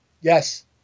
Yes